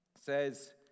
says